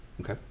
Okay